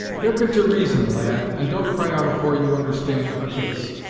hearken to reason, lad, and don't cry out afore you understand a case,